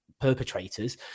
perpetrators